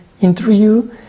interview